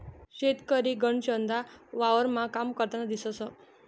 शेतकरी गनचदा वावरमा काम करतान दिसंस